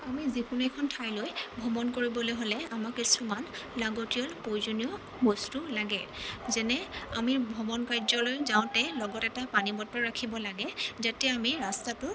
আমি যিকোনো এখন ঠাইলৈ ভ্ৰমণ কৰিবলৈ হ'লে আমাক কিছুমান লাগতীয়াল প্ৰয়োজনীয় বস্তু লাগে যেনে আমি ভ্ৰমণ কাৰ্যলৈ যাওঁতে লগত এটা পানী বটল ৰাখিব লাগে যাতে আমি ৰাস্তাটো